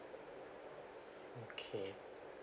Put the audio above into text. okay